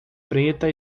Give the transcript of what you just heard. preta